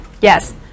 Yes